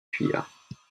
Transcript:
fuyards